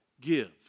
Give